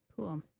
Cool